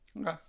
okay